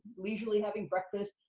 leisurely having breakfast.